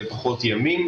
הכספים.